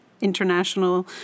international